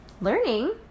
learning